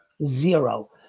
Zero